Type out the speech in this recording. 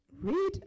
read